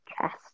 chest